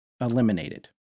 eliminated